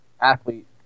athlete